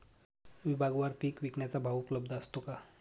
विभागवार पीक विकण्याचा भाव उपलब्ध असतो का?